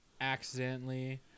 accidentally